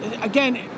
again